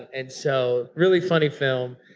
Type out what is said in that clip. and so really funny film.